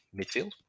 midfield